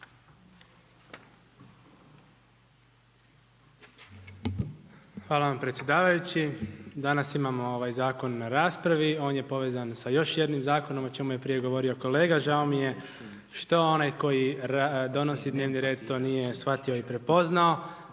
Hvala vam predsjedavajući. Danas imamo ovaj zakon u raspravi, on je povezan sa još jednim zakonom o čemu je prije govorio kolega, žao mi je što onaj koji donosi dnevni red to nije shvatio i prepoznao